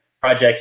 Project